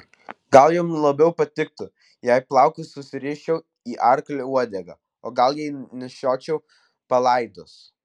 gal jam labiau patiktų jei plaukus susiriščiau į arklio uodegą o gal jei nešiočiau palaidus